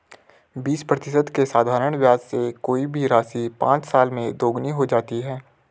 बीस प्रतिशत के साधारण ब्याज से कोई भी राशि पाँच साल में दोगुनी हो जाती है